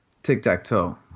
Tic-tac-toe